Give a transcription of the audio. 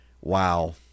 wow